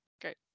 Great